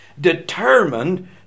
determined